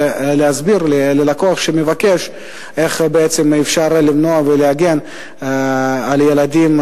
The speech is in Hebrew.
ולהסביר ללקוח שמבקש איך בעצם אפשר למנוע ולהגן על ילדים,